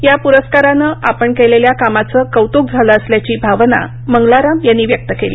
या पुरस्काराने आपण केलेल्या कामाचं कौतुक झालं असल्याची भावना मंगलाराम यांनी व्यक्त केली